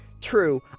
true